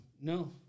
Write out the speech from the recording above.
No